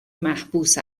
محبوس